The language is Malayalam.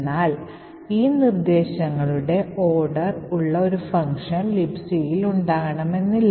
എന്നാൽ ഈ നിർദ്ദേശങ്ങളുടെ ക്രമം ഉള്ള ഒരു ഫംഗ്ഷൻ Libcയിൽ ഉണ്ടാകണമെന്നില്ല